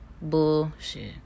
Bullshit